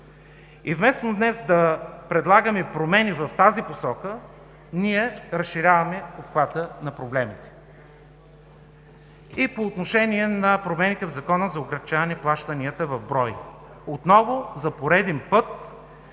Вместо днес да предлагаме промени в тази посока, ние разширяваме обхвата на проблемите! По отношение на промените в Закона за облекчаване на плащанията в брой, за пореден път